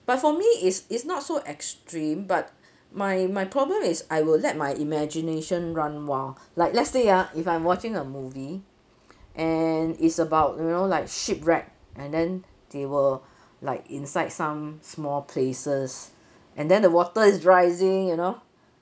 but for me it's it's not so extreme but my my problem is I will let my imagination run wild like let's say ah if I'm watching a movie and it's about you know like ship wreck and then they were like inside some small places and then the water is rising you know